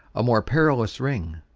a more perilous ring.